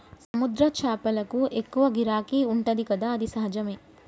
సముద్ర చేపలకు ఎక్కువ గిరాకీ ఉంటది కదా అది సహజమే